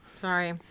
Sorry